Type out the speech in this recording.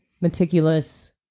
meticulous